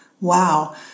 Wow